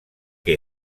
que